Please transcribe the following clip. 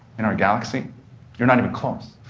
in our galaxy you're not even close.